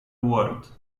ward